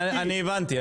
הבנתי.